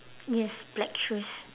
yes black shoes